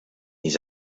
his